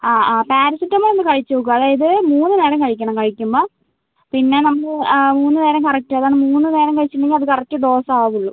ആ ആ പാരസെറ്റാമോൾ ഒന്ന് കഴിച്ചുനോക്കൂ അതായത് മൂന്ന് നേരം കഴിക്കണം കഴിക്കുമ്പോ പിന്നെ നമ്മൾ മൂന്ന് നേരം കറക്റ്റ് അതാണ് മൂന്ന് നേരം കഴിച്ചിട്ടുണ്ടെങ്കിൽ അത് കറക്റ്റ് ഡോസ് ആവുള്ളൂ